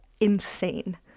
insane